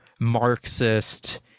marxist